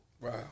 Wow